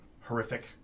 horrific